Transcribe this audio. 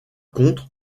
contre